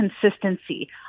consistency